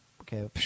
Okay